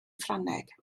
ffrangeg